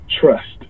trust